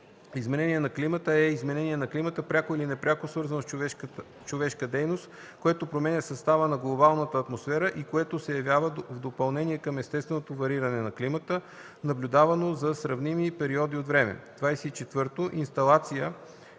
„Изменение на климата” е изменение на климата, пряко или непряко свързано с човешка дейност, което променя състава на глобалната атмосфера и което се явява в допълнение към естественото вариране на климата, наблюдавано за сравними периоди от време. 24. „Инсталация”